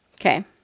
Okay